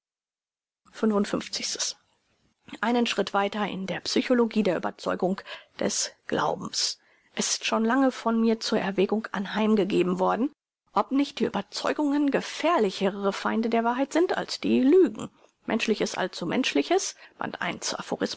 einen schritt weiter in der psychologie der überzeugung des glaubens es ist schon lange von mir zur erwägung anheimgegeben worden ob nicht die überzeugungen gefährlichere feinde der wahrheit sind als die lügen